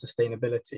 sustainability